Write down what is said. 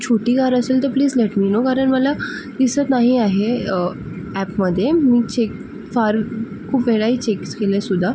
छोटी कार असेल तर प्लीज लेट मी नो कारण मला दिसत नाही आहे ॲपमध्ये मी चेक फार खूप वेळाही चेक्स केलेसुद्धा